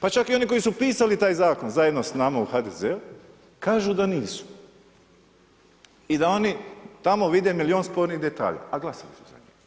Pa čak i oni koji su pisali taj Zakon zajedno s nama u HDZ-u kažu da nisu i da oni tamo vide milion spornih detalja, a glasali su za njega.